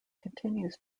continues